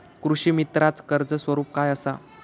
कृषीमित्राच कर्ज स्वरूप काय असा?